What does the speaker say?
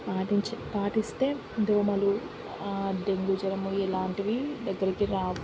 పాటించి పాటిస్తే దోమలు డెంగ్యూ జ్వరము ఇలాంటివి దగ్గరికి రావు